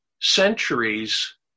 centuries